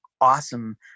awesome